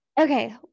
okay